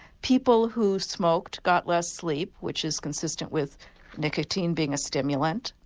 people who smoked got less sleep which is consistent with nicotine being a stimulant,